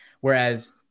Whereas-